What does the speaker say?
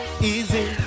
easy